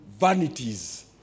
vanities